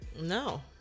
No